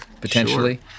potentially